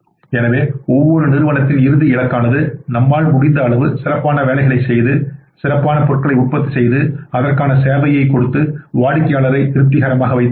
எனவே ஒவ்வொரு நிறுவனத்தின் இறுதி இலக்கானது நம்மால் முடிந்த அளவு சிறப்பான வேலைகளை செய்து சிறப்பான பொருட்களை உற்பத்தி செய்து அதற்கான சேவையை கொடுத்து வாடிக்கையாளரை திருப்திகரமாக வைத்திருப்பதே